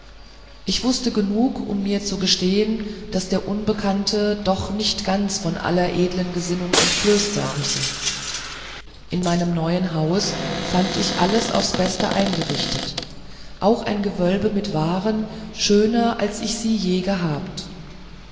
ich wußte genug um mir zu gestehen daß der unbekannte doch nicht ganz von aller edlen gesinnung entblößt sein müsse in meinem neuen haus fand ich alles aufs beste eingerichtet auch ein gewölbe mit waren schöner als ich sie je gehabt